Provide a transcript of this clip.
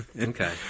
Okay